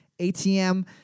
ATM